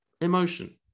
emotion